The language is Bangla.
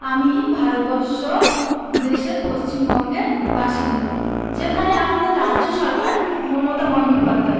আমি ভারতবর্ষ দেশের পশ্চিমবঙ্গের বাসিন্দা যেখানে আমাদের রাজ্য সরকার মমতা বন্দ্যোপাধ্যায়